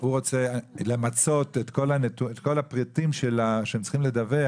הוא רוצה למצות את כל הפריטים שהם צריכים לדווח,